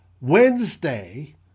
Wednesday